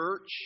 church